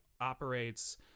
operates